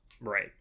Right